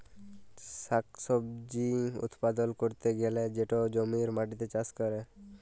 শাক সবজি উৎপাদল ক্যরতে গ্যালে সেটা জমির মাটিতে চাষ ক্যরে